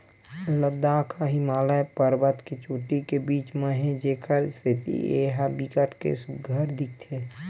लद्दाख ह हिमालय परबत के चोटी के बीच म हे जेखर सेती ए ह बिकट के सुग्घर दिखथे